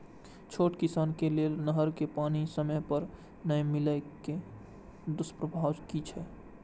छोट किसान के लेल नहर के पानी समय पर नै मिले के दुष्प्रभाव कि छै?